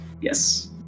Yes